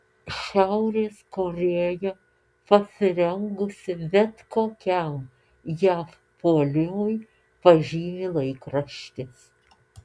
šiaurės korėja pasirengusi bet kokiam jav puolimui pažymi laikraštis